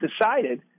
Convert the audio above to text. decided